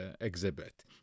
exhibit